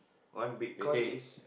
one bitcoin is